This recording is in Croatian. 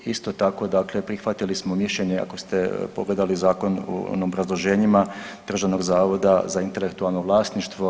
Isto tako, dakle prihvatili smo mišljenje ako ste pogledali zakon u obrazloženjima Državnog zavoda za intelektualno vlasništvo.